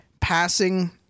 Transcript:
passing